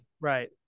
Right